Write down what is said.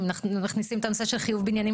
אנחנו מכניסים את הנושא של חיוב בניינים